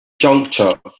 juncture